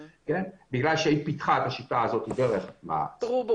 בגלל שהיא פיתחה את השיטה הזאת דרך מ.ע.צ.